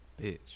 Bitch